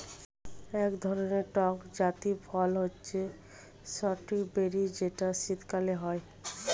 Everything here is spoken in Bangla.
এক ধরনের টক জাতীয় ফল হচ্ছে স্ট্রবেরি যেটা শীতকালে হয়